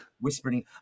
whispering